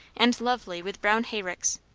and lovely with brown hayricks,